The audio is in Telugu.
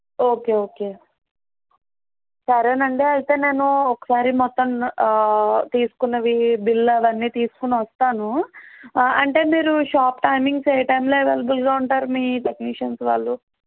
ఓకే ఓకే సరే అండి అయితే నేను ఒకసారి మొత్తం తీసుకున్నవి బిల్ అవన్నీ తీసుకొని వస్తాను అంటే మీరు షాప్ టైమింగ్స్ ఏ టైమ్లో అవైలబుల్గా ఉంటారు మీ టెక్నీషియన్స్ వాళ్ళు